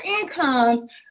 incomes